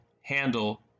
handle